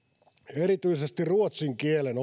erityisesti ruotsin kielen